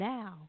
Now